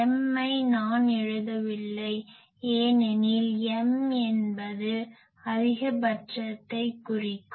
mஐ நான் எழுதவில்லை ஏனெனில் m என்பது அதிகபட்சத்தைக் குறிக்கும்